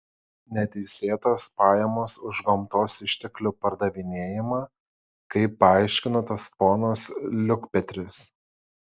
neteisėtos pajamos už gamtos išteklių pardavinėjimą kaip paaiškino tas ponas liukpetris